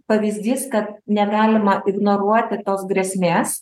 pavyzdys kad negalima ignoruoti tos grėsmės